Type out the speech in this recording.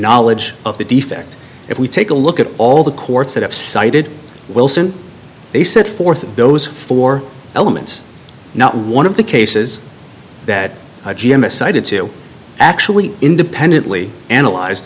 knowledge of the defect if we take a look at all the courts that have cited wilson they set forth those four elements not one of the cases that g m s cited to actually independently analyze